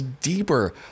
deeper